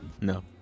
No